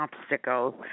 obstacles